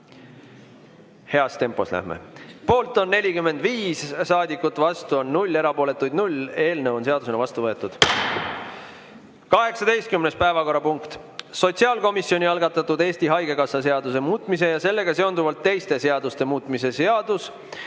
Heas tempos läheme. Poolt on 45 saadikut, vastu on 0, erapooletuid 0. Eelnõu on seadusena vastu võetud. 18. päevakorrapunkt on sotsiaalkomisjoni algatatud Eesti Haigekassa seaduse muutmise ja sellega seonduvalt teiste seaduste muutmise seaduse